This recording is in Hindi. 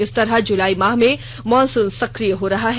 इस तरह जुलाई माह में मॉनसून सक्रिय हो रहा है